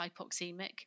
hypoxemic